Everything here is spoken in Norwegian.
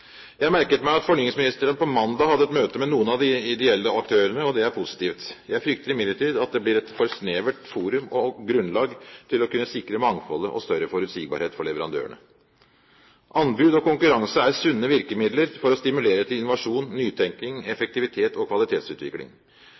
Jeg merket meg at fornyingsministeren på mandag hadde et møte med noen av de ideelle aktørene, og det er positivt. Jeg frykter imidlertid at det blir et for snevert forum og grunnlag til å kunne sikre mangfoldet og større forutsigbarhet for leverandørene. Anbud og konkurranse er sunne virkemidler for å stimulere til innovasjon, nytenkning, effektivitet og kvalitetsutvikling.